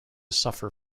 suffer